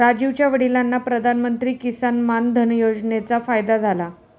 राजीवच्या वडिलांना प्रधानमंत्री किसान मान धन योजनेचा फायदा झाला